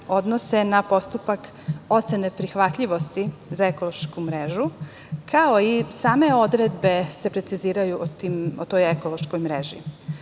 odnose na postupak ocene prihvatljivosti za ekološku mrežu, kao i same odredbe se preciziraju o toj ekološkoj